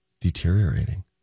deteriorating